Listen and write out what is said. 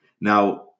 Now